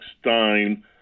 Stein